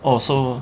oh so